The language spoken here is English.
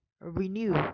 renew